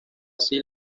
así